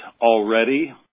already